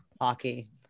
Hockey